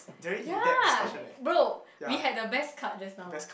ya bro we had the best cut just now